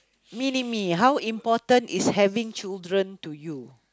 mini-me how important is having children to you